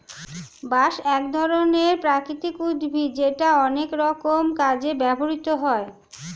বাঁশ এক ধরনের প্রাকৃতিক উদ্ভিদ যেটা অনেক রকম কাজে ব্যবহৃত হয়